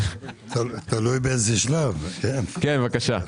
כן, בבקשה.